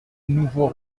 nouveau